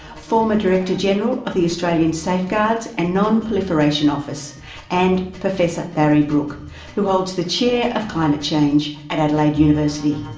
former director-general of the australian safeguards and non-proliferation office and professor barry brook, who holds the chair of climate change at adelaide university.